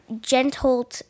gentle